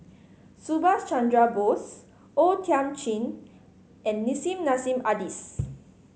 Subhas Chandra Bose O Thiam Chin and Nissim Nassim Adis